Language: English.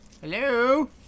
Hello